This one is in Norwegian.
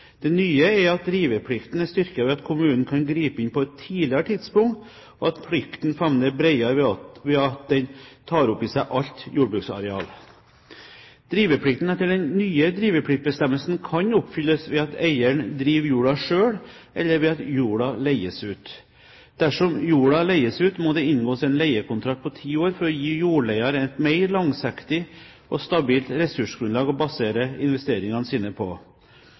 Det nye er at driveplikten er styrket ved at kommunen kan gripe inn på et tidligere tidspunkt, og at plikten favner bredere ved at den tar opp i seg alt jordbruksareal. Driveplikten etter den nye drivepliktbestemmelsen kan oppfylles ved at eieren driver jorda selv, eller ved at jorda leies ut. Dersom jorda leies ut, må det inngås en leiekontrakt på ti år for å gi jordleier et mer langsiktig og stabilt ressursgrunnlag å basere investeringene sine på.